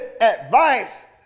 advice